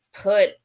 put